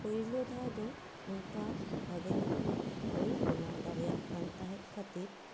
ᱯᱳᱭᱞᱳ ᱫᱷᱟᱣ ᱫᱚ ᱚᱱᱠᱟ ᱵᱷᱟᱜᱮ ᱧᱚᱜ ᱫᱚ ᱵᱟᱹᱧ ᱵᱮᱱᱟᱣ ᱫᱟᱲᱮᱭᱟᱜ ᱠᱟᱱ ᱛᱟᱦᱮᱫ ᱠᱷᱟᱹᱛᱤᱨ